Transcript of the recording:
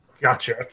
Gotcha